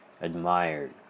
admired